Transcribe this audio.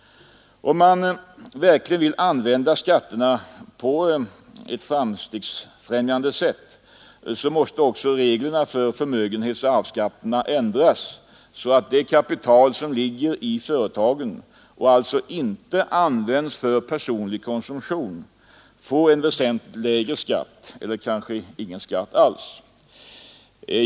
Om man verkligen vill använda skatterna på ett framstegsfrämjande sätt måste också reglerna för förmögenhetsoch arvsskatterna ändras så att det kapital som ligger i företaget — och alltså inte används för personlig konsumtion — får en väsentligt lägre skatt eller kanske ingen alls.